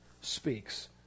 speaks